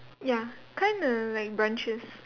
ya kind of like branches